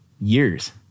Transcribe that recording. years